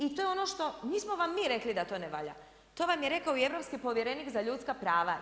I to je ono što, nismo vam mi rekli da to ne valja, to vam je rekao i europski povjerenik za ljudska prava.